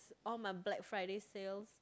all my Black Friday sales